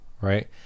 right